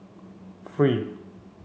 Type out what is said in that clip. three